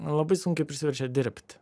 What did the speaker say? labai sunkiai prisiverčia dirbt